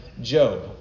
Job